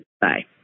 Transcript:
Bye